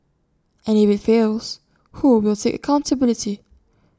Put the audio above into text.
and if IT fails who will take accountability